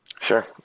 Sure